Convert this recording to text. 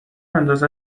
انداز